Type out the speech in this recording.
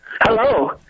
Hello